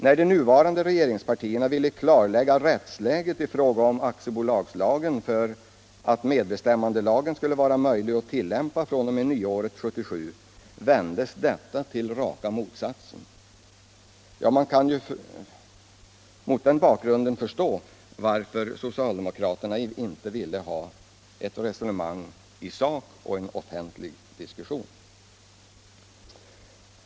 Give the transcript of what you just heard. När de nuvarande regeringspartierna ville klarlägga rättsläget i fråga om aktiebolagslagen för att medbestämmandelagen skulle vara möjlig att tillämpa fr.o.m. den 1 januari 1977 vändes detta till raka motsatsen. Man kan ju mot den bakgrunden förstå varför socialdemokraterna inte ville ha ett resonemang i sak och en offentlig diskussion.